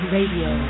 Radio